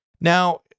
Now